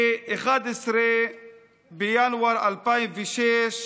ב-11 בינואר 2006,